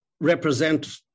represent